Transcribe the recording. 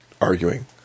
arguing